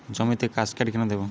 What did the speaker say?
জমিতে কাসকেড কেন দেবো?